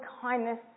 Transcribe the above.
kindness